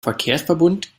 verkehrsverbund